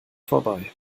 vorbei